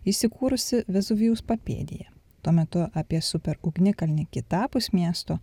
įsikūrusi vezuvijaus papėdėje tuo metu apie super ugnikalnį kitapus miesto